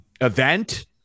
event